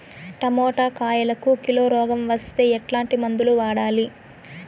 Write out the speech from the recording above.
Tomato కాయలకు kilo రోగం వస్తే ఎట్లాంటి మందులు వాడాలి?